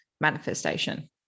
manifestation